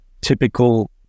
typical